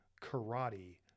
karate